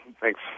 thanks